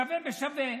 שווה בשווה.